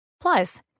Plus